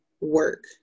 work